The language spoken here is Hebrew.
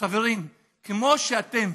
חברים, כמו שאתם